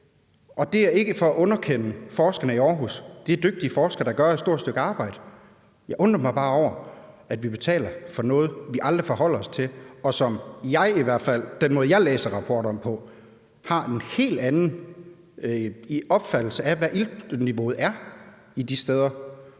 og det er ikke for at underkende forskerne i Aarhus. Det er dygtige forskere, der gør et stort stykke arbejde. Jeg undrer mig bare over, at vi betaler for noget, vi aldrig forholder os til, og jeg får i hvert fald i forhold til den måde, jeg læser rapporterne på, en helt anden opfattelse af, hvad iltniveauet er de steder.